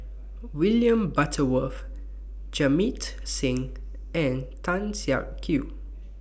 William Butterworth Jamit Singh and Tan Siak Kew